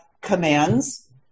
commands